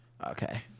okay